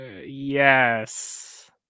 Yes